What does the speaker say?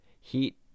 Heat